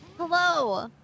Hello